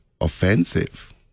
offensive